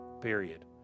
period